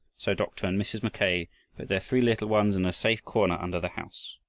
so dr. and mrs. mackay put their three little ones in a safe corner under the house